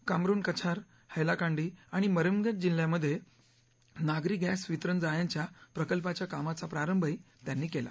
कामरुन कछार हैलाकांडी आणि मरीमगंज जिल्ह्यांमध्ये नागरी गॅस वितरण जाळ्यांच्या प्रकल्पाच्या कामाचा प्रारंभही त्यांनी केला